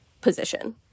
position